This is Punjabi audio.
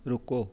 ਰੁਕੋ